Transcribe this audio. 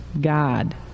God